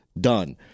done